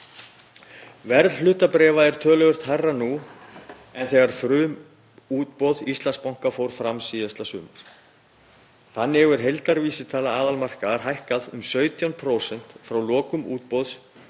Verð hlutabréfa er töluvert hærra nú en þegar frumútboð Íslandsbanka fór fram síðasta sumar. Þannig hefur heildarvísitala aðalmarkaðar hækkað um 17% frá lokum útboðs